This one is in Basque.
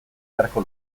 beharko